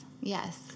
yes